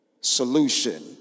solution